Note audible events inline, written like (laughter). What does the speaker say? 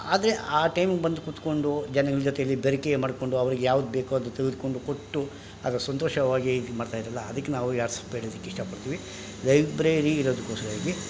ಆದರೆ ಆ ಟೈಮಿಗೆ ಬಂದು ಕೂತ್ಕೊಂಡು ಜನಗಳ ಜೊತೆಯಲ್ಲಿ ಬೆರಕೆ ಮಾಡಿಕೊಂಡು ಅವ್ರಿಗೆ ಯಾವ್ದು ಬೇಕೋ ಅದು ತೆಗೆದುಕೊಂಡು ಕೊಟ್ಟು ಆಗ ಸಂತೋಷವಾಗಿ ಇದ್ಮಾಡ್ತಾಯಿದ್ರಲ್ಲ ಅದಕ್ಕೆ ನಾವು (unintelligible) ಇಷ್ಟಪಡ್ತೀವಿ ಲೈಬ್ರರಿ ಇರೋದಕ್ಕೋಸ್ಕರವಾಗಿ